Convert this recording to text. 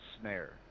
snare